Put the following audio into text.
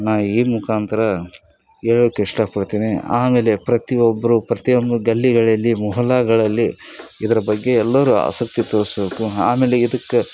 ನಾನು ಈ ಮುಖಾಂತರ ಹೇಳಕ್ ಇಷ್ಟಪಡ್ತೀನಿ ಆಮೇಲೆ ಪ್ರತಿಯೊಬ್ರೂ ಪ್ರತಿಯೊಂದು ಗಲ್ಲಿಗಳಲ್ಲಿ ಮೊಹಲ್ಲಾಗಳಲ್ಲಿ ಇದ್ರ ಬಗ್ಗೆ ಎಲ್ಲರೂ ಆಸಕ್ತಿ ತೋರಿಸ್ಬೇಕು ಆಮೇಲೆ ಇದಕ್ಕೆ